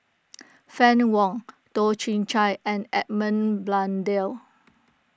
Fann Wong Toh Chin Chye and Edmund Blundell